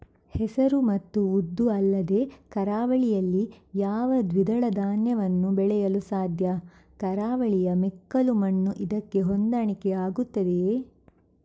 ಹೆಸರು ಮತ್ತು ಉದ್ದು ಅಲ್ಲದೆ ಕರಾವಳಿಯಲ್ಲಿ ಯಾವ ದ್ವಿದಳ ಧಾನ್ಯವನ್ನು ಬೆಳೆಯಲು ಸಾಧ್ಯ? ಕರಾವಳಿಯ ಮೆಕ್ಕಲು ಮಣ್ಣು ಇದಕ್ಕೆ ಹೊಂದಾಣಿಕೆ ಆಗುತ್ತದೆಯೇ?